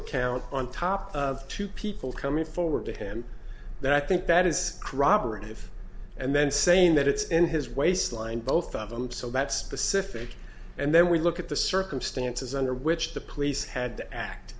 account on top of two people coming forward to him that i think that is corroborative and then saying that it's in his waistline both of them so that specific and then we look at the circumstances under which the police had